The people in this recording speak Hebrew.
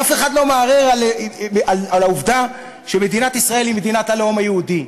אף אחד לא מערער על העובדה שמדינת ישראל היא מדינת הלאום היהודי,